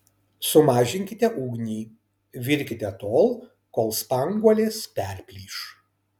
sumažinkite ugnį virkite tol kol spanguolės perplyš